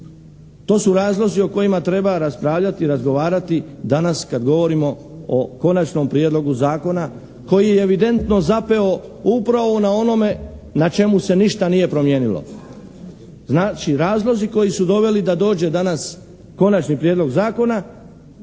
To su razlozi o kojima treba raspravljati, razgovarati danas kad govorimo o Konačnom prijedlogu Zakona koji je evidentno zapeo upravo na onome na čemu se ništa nije promijenilo. Znači, razlozi koji su doveli da dođe danas Konačni prijedlog Zakona